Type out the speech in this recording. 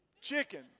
Chicken